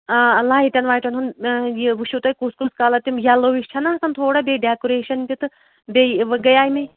آ لایٹَن وایٹَن ہُند یہِ وٕچھُو تُہۍ کُس کَلَر تِم یَلو ہِش چھَنہٕ آسان تھوڑا بیٚیہِ ڈٮ۪کُریشَن تہِ تہٕ بیٚیہِ وۄنۍ گٔیے مےٚ